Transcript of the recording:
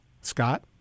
Scott